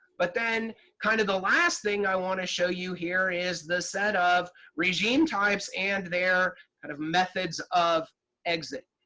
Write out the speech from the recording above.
but then kind of the last thing i want to show you here is the set of regime types and their kind of methods of exit.